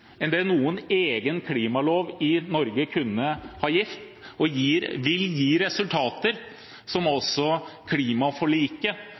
enn det noen egen klimalov i Norge kunne ha gitt, og som vil gi resultater som klimaforliket